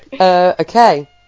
okay